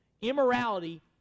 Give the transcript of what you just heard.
Immorality